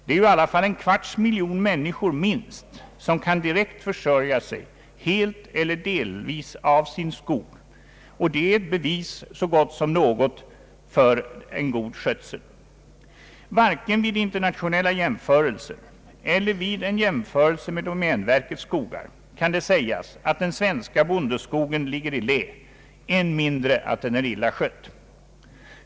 Det är ju i alla fall en fjärdedels miljon människor minst som direkt kan försörja sig helt eller delvis av sin skog, och det är ett bevis så gott som något för en god skötsel. Varken vid internationella jämförelser eller vid en jämförelse med domänverkets skogar kan det sägas att den svenska bondeskogen ligger i lä, än mindre att den är illa skött.